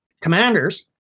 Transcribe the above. commanders